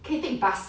可以 take bus